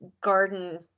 garden